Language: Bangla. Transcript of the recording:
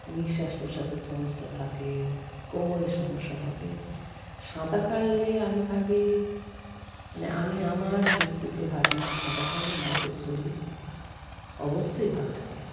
নিঃশ্বাস প্রশ্বাসের সমস্যা থাকে কোমরের সমস্যা থাকে সাঁতার কাটলে আমি ভাবি মানে আমি আমার যুক্তিতে ভাবি সাঁতার কাটলে মানুষের শরীর অবশ্যই ভালো থাকে